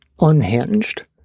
unhinged